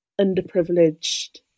underprivileged